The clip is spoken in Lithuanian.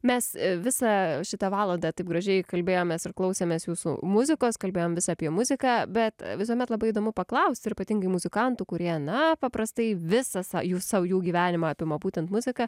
mes visą šitą valandą taip gražiai kalbėjomės ir klausėmės jūsų muzikos kalbėjom vis apie muziką bet visuomet labai įdomu paklaust ir ypatingai muzikantų kurie na paprastai visą sa jų sau jų gyvenimą apima būtent muzika